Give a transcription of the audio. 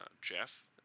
Jeff